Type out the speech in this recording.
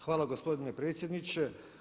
Hvala gospodine predsjedniče.